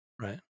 right